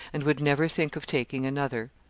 and would never think of taking another.